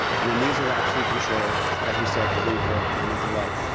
and then these will actually control, as we said, the reverb and the delay.